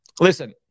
listen